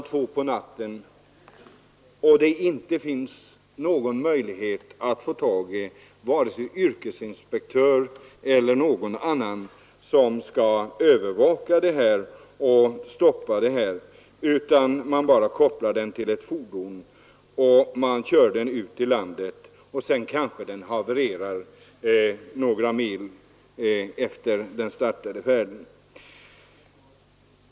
2 på natten och det inte finns någon möjlighet att få tag på vare sig yrkesinspektör eller någon annan som kan övervaka och stoppa detta, utan man bara kopplar trailern till ett fordon och kör den ut i landet. Sedan kanske den havererar några mil efter starten.